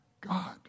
God